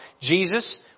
Jesus